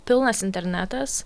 pilnas internetas